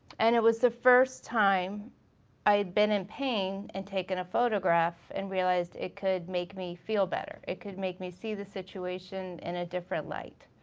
and it was the first time i had been in pain and taken a photograph and realized it could make me feel better. it could make me see the situation in a different light.